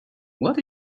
what